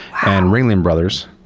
and ringling brothers,